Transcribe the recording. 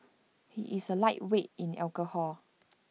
he is A lightweight in alcohol